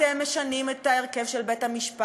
אתם משנים את ההרכב של בית-המשפט,